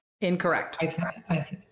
Incorrect